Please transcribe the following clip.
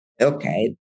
Okay